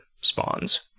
spawns